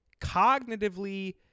cognitively